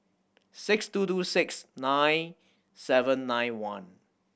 six two two six nine seven nine one